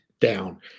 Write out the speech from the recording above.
down